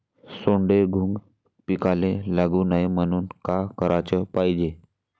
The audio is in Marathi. सोंडे, घुंग पिकाले लागू नये म्हनून का कराच पायजे?